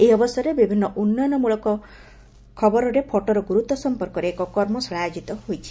ଏହି ଅବସରରେ ବିଭିନ୍ନ ଉନ୍ନୟନମୂଳକ ଖବରରେ ଫଟୋର ଗୁରୁତ୍ୱ ସମ୍ପର୍କରେ ଏକ କର୍ମଶାଳା ଆୟୋଜିତ କରାଯାଇଛି